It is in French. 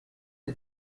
est